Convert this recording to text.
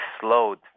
slowed